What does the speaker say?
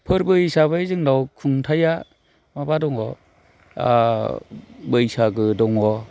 फोरबो हिसाबै जोंनाव खुंथाइया माबा दङ बैसागु दङ